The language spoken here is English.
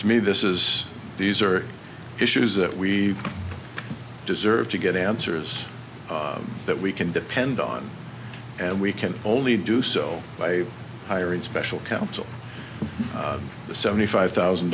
to me this is these are issues that we deserve to get answers that we can depend on and we can only do so by hiring special counsel the seventy five thousand